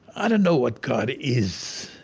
i don't know what god is,